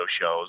shows